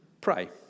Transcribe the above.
pray